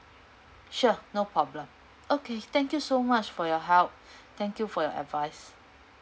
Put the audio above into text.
sure no problem okay thank you so much for your help thank you for your advice